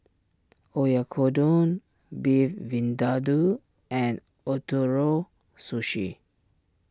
Oyakodon Beef Vindaloo and Ootoro Sushi